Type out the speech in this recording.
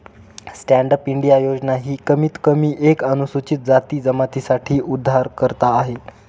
stand up India योजना ही कमीत कमी एक अनुसूचित जाती जमाती साठी उधारकर्ता आहे